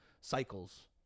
cycles